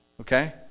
Okay